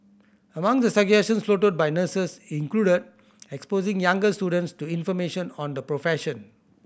among the suggestions floated by nurses included exposing younger students to information on the profession